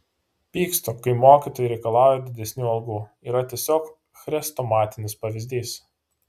pykstu kai mokytojai reikalauja didesnių algų yra tiesiog chrestomatinis pavyzdys